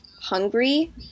Hungry